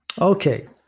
Okay